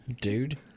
Dude